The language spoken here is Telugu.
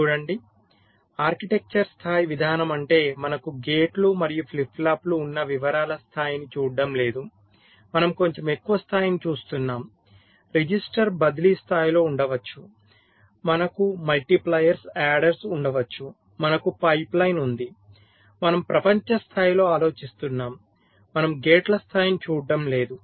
చూడండి ఆర్కిటెక్చర్ స్థాయి విధానం అంటే మనకు గేట్లు మరియు ఫ్లిప్ ఫ్లాప్లు ఉన్న వివరాల స్థాయిని చూడటం లేదు మనము కొంచెం ఎక్కువ స్థాయిని చూస్తున్నాము రిజిస్టర్ బదిలీ స్థాయిలో ఉండవచ్చు మనకు మల్టిప్లైయర్స్ యాడర్స్ ఉన్నాయి మనకు పైప్లైన్ ఉంది మనము ప్రపంచ స్థాయిలో ఆలోచిస్తున్నాము మనము గేట్ల స్థాయిని చూడటం లేదు